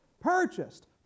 purchased